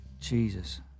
jesus